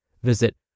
Visit